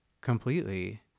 completely